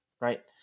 right